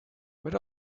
what